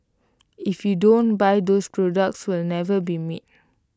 if you don't buy those products will never be